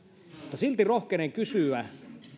silti rohkenen kysyä